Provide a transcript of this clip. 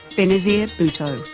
benazir bhutto.